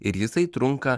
ir jisai trunka